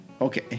Okay